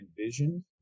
envisioned